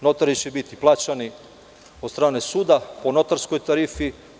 Notari će biti plaćani od strane suda po notarskoj tarifi.